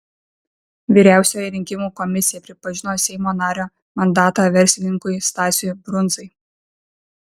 vyriausioji rinkimų komisija pripažino seimo nario mandatą verslininkui stasiui brundzai